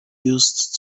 used